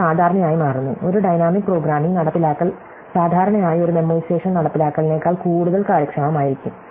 ഇത് സാധാരണയായി മാറുന്നു ഒരു ഡൈനാമിക് പ്രോഗ്രാമിംഗ് നടപ്പിലാക്കൽ സാധാരണയായി ഒരു മെമ്മോയിസേഷൻ നടപ്പാക്കലിനേക്കാൾ കൂടുതൽ കാര്യക്ഷമമായിരിക്കും